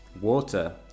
Water